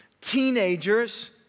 teenagers